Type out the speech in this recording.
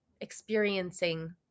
experiencing